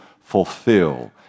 fulfill